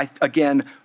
again